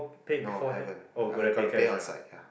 no haven't I got to pay on site yeah